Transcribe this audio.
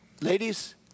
ladies